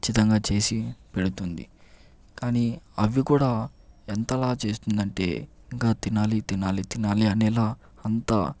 ఖచ్చితంగా చేసి పెడుతుంది కానీ అవి కూడా ఎంతలా చేస్తుందంటే ఇంకా తినాలి తినాలి తినాలి అనేలా అంతా